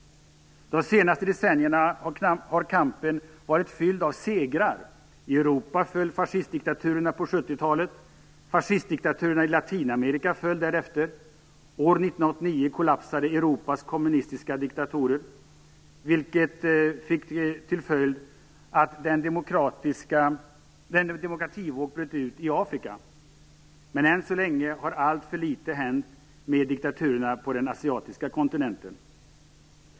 De senaste decennierna har kampen varit fylld av segrar. I Europa föll fascistdiktaturerna på 70-talet. Fascistdiktaturerna i Latinamerika föll därefter. År 1989 kollapsade Europas kommunistiska diktaturer, vilket fick till följd att en demokrativåg bröt ut i Afrika. Men än så länge har alltför litet hänt med diktaturerna på den asiatiska kontinenten.